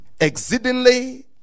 exceedingly